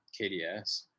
KDS